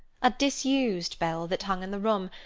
a disused bell, that hung in the room,